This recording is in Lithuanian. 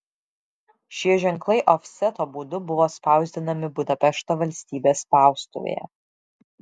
šie ženklai ofseto būdu buvo spausdinami budapešto valstybės spaustuvėje